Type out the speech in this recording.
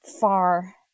far